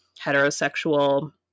heterosexual